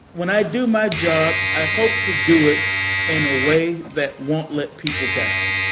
when i do my job, i hope to do it in a way that won't let people down.